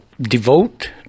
devote